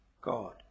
God